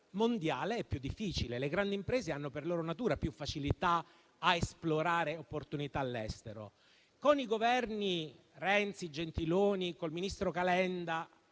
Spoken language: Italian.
mondiale è più difficile. Le grandi imprese hanno per loro natura più facilità a esplorare opportunità all'estero. Con i Governi Renzi e Gentiloni - e con il ministro Calenda